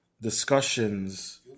discussions